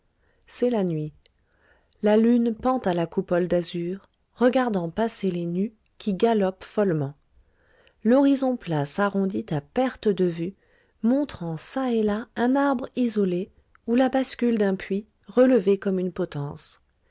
c'est la nuit la lune pend à la coupole d'azur regardant passer les nues qui galopent follement l'horizon plat s'arrondit à perte de vue montrant ça et là un arbre isolé ou la bascule d'un puits relevée comme une potence